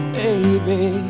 baby